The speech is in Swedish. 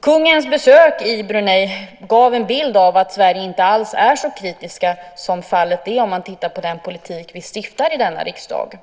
Kungens besök i Brunei gav en bild av att Sverige inte alls är så kritiskt som fallet är om man tittar på den politik vi för i denna riksdag.